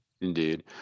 Indeed